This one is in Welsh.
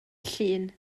llun